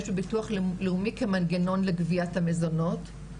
בביטוח לאומי כמנגנון לגביית המזונות,